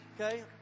okay